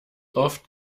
oft